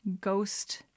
ghost